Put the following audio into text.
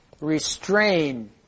restrain